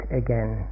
again